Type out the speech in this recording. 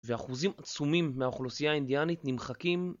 ואחוזים עצומים מהאוכלוסייה האינדיאנית נמחקים